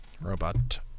Robot